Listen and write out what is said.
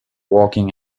walking